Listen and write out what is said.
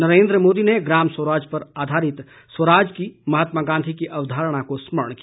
नरेंद्र मोदी ने ग्राम स्वराज पर आधारित स्वराज की महात्मा गांधी की अवधारणा को स्मरण किया